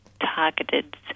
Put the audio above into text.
targeted